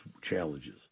challenges